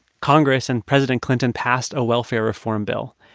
congress and president clinton passed a welfare reform bill.